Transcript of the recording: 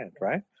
Right